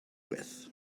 with